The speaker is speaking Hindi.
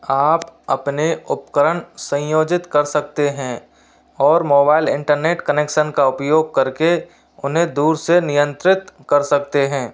आप अपने उपकरण संयोजित कर सकते हैं और मोबाइल इंटरनेट कनेक्शन का उपयोग करके उन्हें दूर से नियंत्रित कर सकते हैं